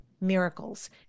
miracles